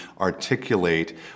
articulate